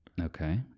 Okay